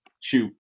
Shoot